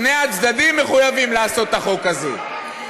שני הצדדים מחויבים לעשות את החוק הזה,